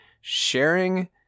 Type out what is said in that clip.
sharing